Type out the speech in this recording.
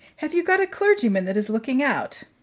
have you got a clergyman that is looking out?